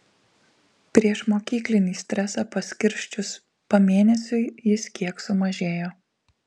priešmokyklinį stresą paskirsčius pamėnesiui jis kiek sumažėjo